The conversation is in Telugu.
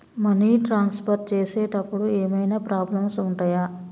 మనీ ట్రాన్స్ఫర్ చేసేటప్పుడు ఏమైనా ప్రాబ్లమ్స్ ఉంటయా?